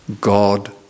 God